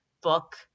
book